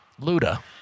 Luda